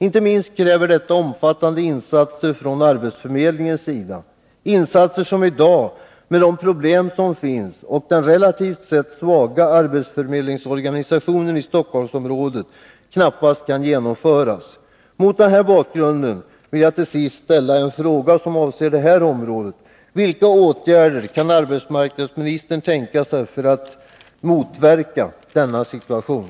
Inte minst kräver detta Måndagen den omfattande insatser från arbetsförmedlingens sida — insatser som i dag, med 15 november 1982 de problem som finns och med hänsyn till den relativt sett svaga arbetsförmedlingsorganisationen i Stockholmsområdet, knappast kan Om arbetsmarkgöras. nadssituationen Mot denna bakgrund vill jag till sist ställa en fråga som avser läget på det —; Stockholmshär området: Vilka åtgärder kan arbetsmarknadsministern tänka sig att vidta — regionen för att motverka nämnda situation?